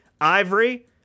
Ivory